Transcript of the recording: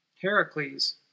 Heracles